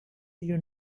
you